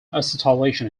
acetylation